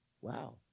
Wow